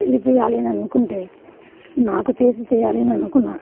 పెళ్ళి చేయాలి అని అనుకుంటే నాకు చేసి చేయాలి అని అనుకున్నారు